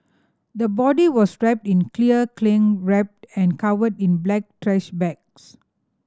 the body was wrapped in clear cling wrap and covered in black trash bags